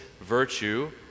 virtue